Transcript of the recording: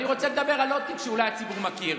אני רוצה לדבר על עוד תיק שאולי הציבור מכיר,